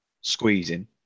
squeezing